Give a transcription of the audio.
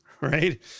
right